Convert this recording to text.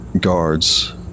guards